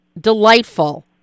delightful